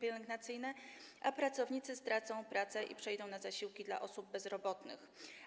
pielęgnacyjne, a pracownicy stracą pracę i przejdą na zasiłki dla osób bezrobotnych.